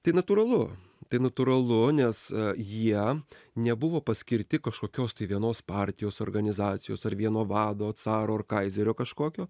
tai natūralu tai natūralu nes jie nebuvo paskirti kažkokios tai vienos partijos organizacijos ar vieno vado caro ar kaizerio kažkokio